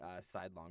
sidelong